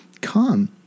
Come